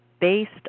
based